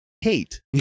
hate